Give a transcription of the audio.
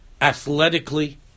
athletically